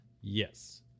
Yes